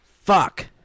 fuck